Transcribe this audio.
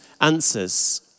answers